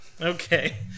Okay